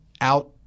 out